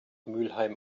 mülheim